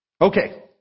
Okay